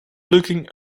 looking